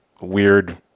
weird